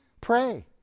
Pray